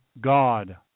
God